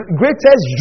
greatest